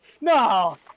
No